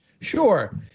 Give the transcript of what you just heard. Sure